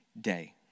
day